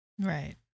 Right